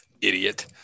idiot